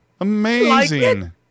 amazing